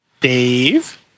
Dave